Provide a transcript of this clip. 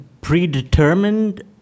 predetermined